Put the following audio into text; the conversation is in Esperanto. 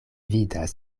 vidas